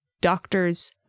doctors